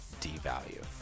devalue